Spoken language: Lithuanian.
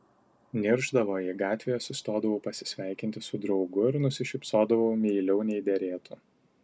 niršdavo jei gatvėje sustodavau pasisveikinti su draugu ir nusišypsodavau meiliau nei derėtų